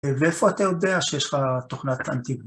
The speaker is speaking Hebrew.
ומאיפה אתה יודע שיש לך תוכנת אנטי-ו